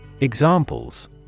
Examples